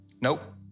Nope